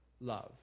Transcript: love